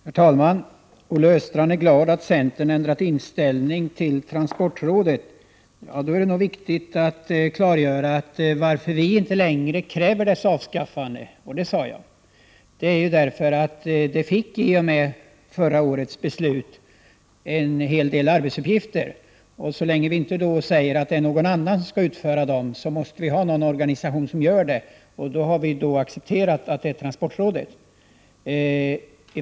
Herr talman! Olle Östrand är glad att centern ändrat inställning till transportrådet. Då är det nog viktigt att klargöra att anledningen till att vi inte längre kräver dess avskaffande — och det sade jag — är att det i och med förra årets beslut fick en hel del arbetsuppgifter. Vi måste ha någon organisation som utför dem, och så länge vi inte uttalar att någon annan skall göra det har vi accepterat transportrådet.